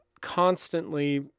constantly